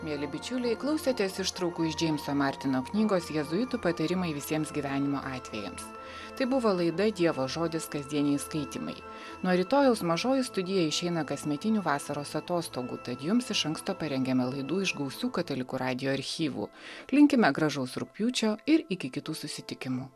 mieli bičiuliai klausėtės ištraukų iš džeimso martino knygos jėzuitų patarimai visiems gyvenimo atvejams tai buvo laida dievo žodis kasdieniai skaitymai nuo rytojaus mažoji studija išeina kasmetinių vasaros atostogų tad jums iš anksto parengėme laidų iš gausių katalikų radijo archyvų linkime gražaus rugpjūčio ir iki kitų susitikimų